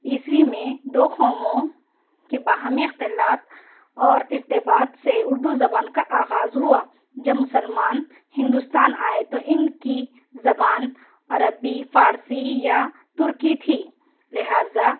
عیسوی میں دو قوموں کے باہمی اختلاف اور ارتباط سے اُردو زبان کا آغاز ہُوا جب مسلمان ہندوستان آئے تو اِن کی زبان عربی فارسی یا ترکی تھی لہذٰا